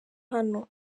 hano